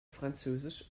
französisch